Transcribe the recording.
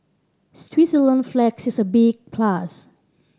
Switzerland flag is a big plus